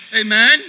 Amen